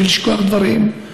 בשביל לשכוח דברים.